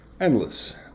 endless